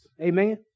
Amen